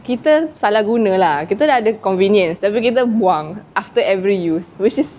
kita salah guna lah kita ada convenience kita buang after every use which is